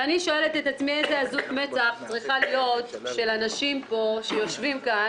ואני שואלת את עצמי איזו עזות מצח יש לאנשים שיושבים כאן,